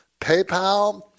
PayPal